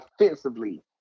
offensively